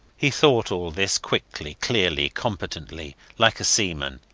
he thought all this quickly, clearly, competently, like a seaman,